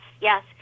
yes